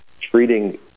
treating